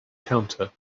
counter